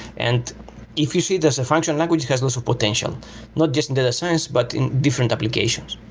and if you see that as a functional language, it has lots of potential not just in data science, but in different applications.